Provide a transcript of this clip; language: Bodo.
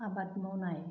आबाद मावनाय